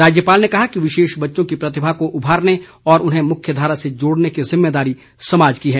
राज्यपाल ने कहा कि विशेष बच्चों की प्रतिभा को उभारने और उन्हें मुख्यधारा से जोड़ने की जिम्मेदारी समाज की है